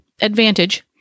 advantage